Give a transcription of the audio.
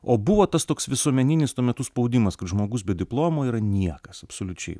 o buvo tas toks visuomeninis tuo metu spaudimas kad žmogus be diplomo yra niekas absoliučiai